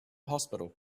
hospital